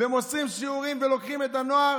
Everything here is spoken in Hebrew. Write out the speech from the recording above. מוסרים שיעורים ולוקחים את הנוער